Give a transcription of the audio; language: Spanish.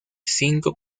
cinco